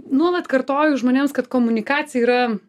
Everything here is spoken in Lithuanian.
nuolat kartoju žmonėms kad komunikacija yra